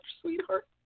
sweetheart